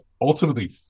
ultimately